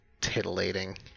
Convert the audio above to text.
titillating